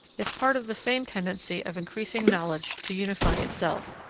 is part of the same tendency of increasing knowledge to unify itself,